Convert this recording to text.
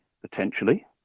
potentially